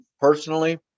personally